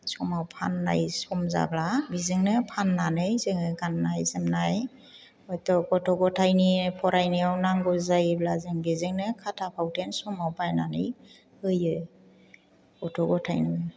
समाव फाननाय सम जाब्ला बेजोंनो फाननानै जोङो गाननाय जोमनाय गथ' गथायनि फरायनायाव नांगौ जायोब्ला जों बेजोंनो खाथा फावथेन समाव बायनानै होयो गथ' गथायनो